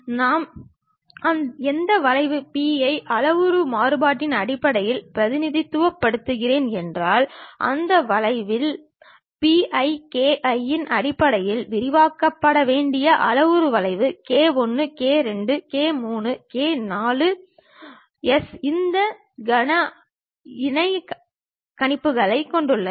நான் எந்த அளவு P ஐ அளவுரு மாறுபாட்டின் அடிப்படையில் பிரதிநிதித்துவப்படுத்துகிறேன் என்றால் அந்த வளைவில் P i k i இன் அடிப்படையில் விரிவாக்கப்பட வேண்டிய அளவுரு வளைவு k 1 k 2 k 3 k 4s இந்த கன இடைக்கணிப்புகளைக் கொண்டுள்ளது